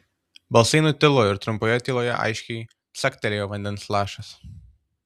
balsai nutilo ir trumpoje tyloje aiškiai caktelėjo vandens lašas